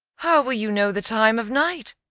how will you know the time of night?